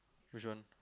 which one